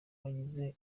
bagize